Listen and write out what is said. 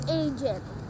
agent